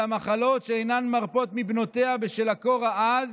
המחלות שאינן מרפות מבנותיה בשל הקור העז